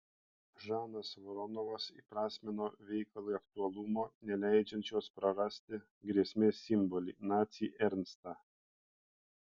žanas voronovas įprasmino veikalui aktualumo neleidžiančios prarasti grėsmės simbolį nacį ernstą